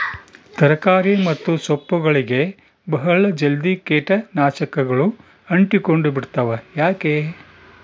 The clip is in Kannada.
ತರಕಾರಿ ಮತ್ತು ಸೊಪ್ಪುಗಳಗೆ ಬಹಳ ಜಲ್ದಿ ಕೇಟ ನಾಶಕಗಳು ಅಂಟಿಕೊಂಡ ಬಿಡ್ತವಾ ಯಾಕೆ?